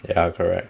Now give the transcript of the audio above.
ya correct